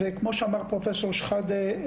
כמו שאמר פרופ' שחאדה,